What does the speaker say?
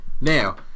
Now